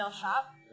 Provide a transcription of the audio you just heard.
shop